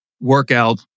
workout